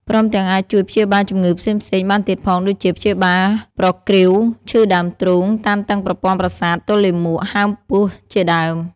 ព្រមទាំងអាចជួយព្យាបាលជំងឺផ្សេងៗ បានទៀតផង ដូចជា ព្យាបាលប្រគ្រីវ ឈឺដើមទ្រូង តានតឹងប្រព័ន្ធប្រសាទ ទល់លាមក ហើមពោះជាដើម។